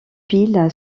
pile